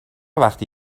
وقتی